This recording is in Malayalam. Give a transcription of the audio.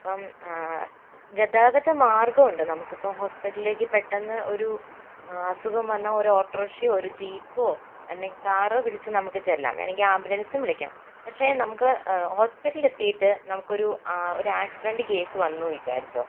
ഇപ്പോൾ ഗതാഗത മാർഗ്ഗമുണ്ട് നമുക്കിപ്പോൾ ഹോസ്പിറ്റലിലേക്ക് പെട്ടെന്ന് ഒരു അസുഖം വന്നാൽ ഒരു ഓട്ടോറിക്ഷയോ ഒരു ജീപ്പോ അല്ലെങ്കിൽ കാറോ വിളിച്ച് നമുക്ക് ചെല്ലാം വേണമെങ്കിൽ ആംബുലൻസും വിളിക്കാം പക്ഷെ നമുക്ക് ഹോസ്പിറ്റലെത്തിയിട്ട് നമുക്കൊരു ആ ഒര് ഒരു ആക്സിഡന്റ് കേസ് വന്നുവെന്ന് വിചാരിച്ചോ